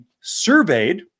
surveyed